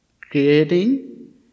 creating